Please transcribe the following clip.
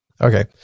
Okay